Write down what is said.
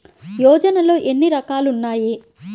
యోజనలో ఏన్ని రకాలు ఉన్నాయి?